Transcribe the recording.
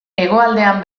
hegoaldean